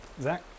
Zach